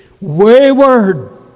wayward